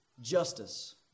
Justice